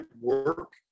work